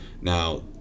Now